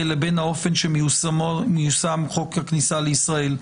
לבין האופן שמיושם חוק הכניסה לישראל.